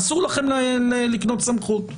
אז אסור לכם לקנות סמכות.